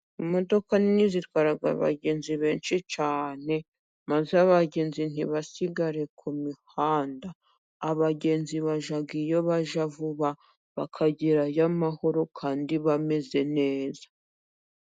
Imodoka nini zitwara abagenzi benshi cyane, maze abagenzi ntibasigare ku mihanda. Abagenzi bajya iyo bajya vuba bakagerayo amahoro kandi bameze neza.